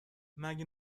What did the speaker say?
مگه